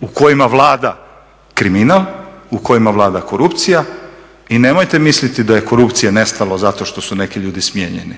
u kojima vlada kriminal, u kojima vlada korupcija i nemojte misliti da je korupcije nestalo zato što su neki ljudi smijenjeni,